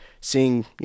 seeing